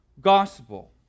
gospel